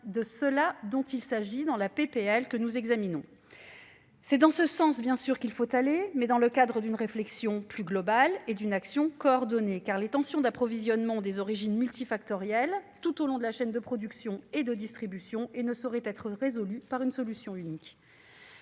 de cela qu'il s'agit dans la proposition de loi que nous examinons. C'est dans ce sens qu'il faut aller, mais dans le cadre d'une réflexion plus globale et d'une action coordonnée. En effet, les tensions d'approvisionnement ont des origines multifactorielles, tout au long de la chaîne de production et de distribution, et ne sauraient être résolues par une solution unique.